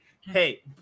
hey